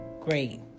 great